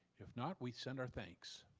if not, we send our thanks.